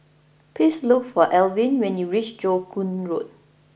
please look for Alvin when you reach Joo Koon Road